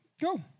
Go